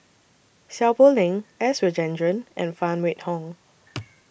Seow Poh Leng S Rajendran and Phan Wait Hong